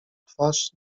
twarz